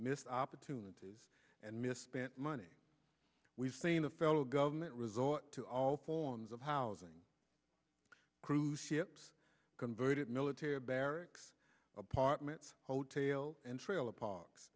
missed opportunities and misspent money we've seen the federal government resort to all forms of housing cruise ships converted miller tara barracks apartments hotel and trailer parks